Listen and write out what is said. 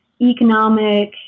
economic